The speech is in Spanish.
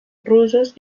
rusos